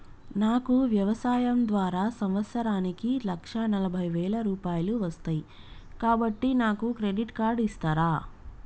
నాకు వ్యవసాయం ద్వారా సంవత్సరానికి లక్ష నలభై వేల రూపాయలు వస్తయ్, కాబట్టి నాకు క్రెడిట్ కార్డ్ ఇస్తరా?